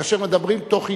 כאשר מדברים תוך הידברות.